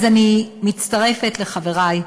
אז אני מצטרפת לחברי,